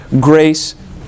grace